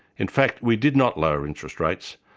in fact we did not lower interest rates,